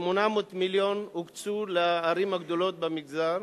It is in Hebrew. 800 מיליון הוקצו לערים הגדולות במגזר,